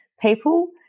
people